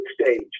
stage